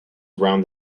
around